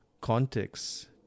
context